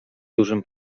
dużym